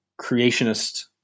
creationist